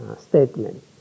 statement